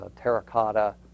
terracotta